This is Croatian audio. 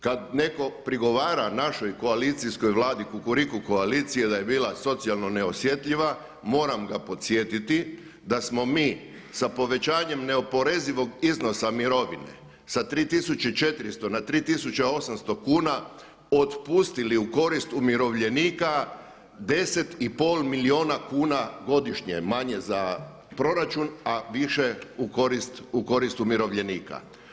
Kad netko prigovara našoj koalicijskoj Vladi kukuriku koalicije da je bila socijalno neosjetljiva moram ga podsjetiti da smo mi sa povećanjem neoporezivog iznosa mirovine sa 3400 na 3800 kuna otpustili u korist umirovljenika 10 i pol milijuna kuna godišnje manje za proračun, a više u korist umirovljenika.